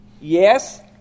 Yes